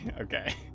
okay